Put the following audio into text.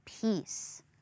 peace